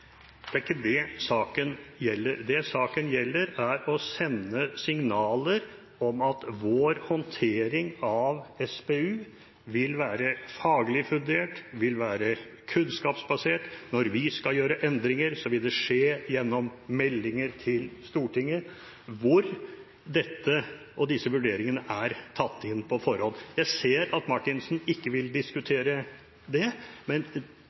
Det er ikke det saken gjelder. Saken handler om hvorvidt vi skal sende signaler om at vår håndtering av SPU vil være faglig fundert og kunnskapsbasert eller ikke. Når vi skal gjøre endringer, vil det skje gjennom meldinger til Stortinget, hvor disse vurderingene er tatt inn på forhånd. Jeg ser at Marthinsen ikke vil diskutere det, men